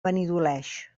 benidoleig